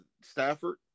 Stafford